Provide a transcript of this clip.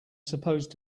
supposed